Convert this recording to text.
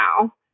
now